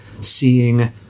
seeing